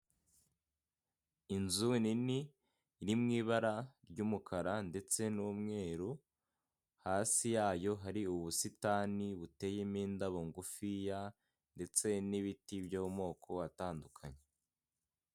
Inzu nini iri mu ibara ry'umukara ndetse n'umweru, hasi yayo hari ubusitani buteyemo indabo ngufiya ndetse n'ibiti byo mu moko atandukanye.